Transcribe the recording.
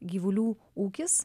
gyvulių ūkis